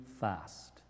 fast